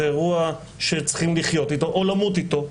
זה אירוע שצריכים לחיות איתו או למות איתו,